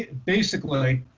basically